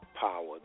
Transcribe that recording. power